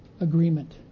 agreement